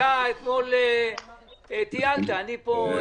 אתמול טיילת ואני הייתי פה.